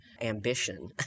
ambition